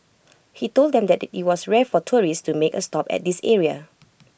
he told them that IT was rare for tourists to make A stop at this area